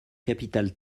capital